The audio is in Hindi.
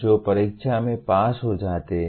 जो परीक्षा में पास हो जाते हैं